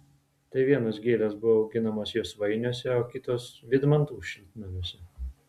tai vienos gėlės buvo auginamos josvainiuose o kitos vydmantų šiltnamiuose